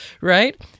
Right